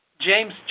James